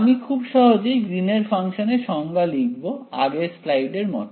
আমি খুব সহজেই গ্রীন এর ফাংশনের সংজ্ঞা লিখব আগের স্লাইড এর মত